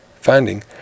finding